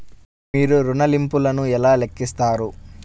మీరు ఋణ ల్లింపులను ఎలా లెక్కిస్తారు?